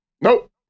Nope